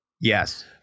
Yes